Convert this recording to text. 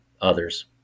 others